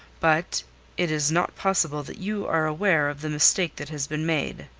but it is not possible that you are aware of the mistake that has been made.